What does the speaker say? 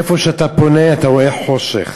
איפה שאתה פונה, אתה רואה חושך.